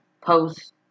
post